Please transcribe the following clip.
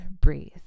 breathe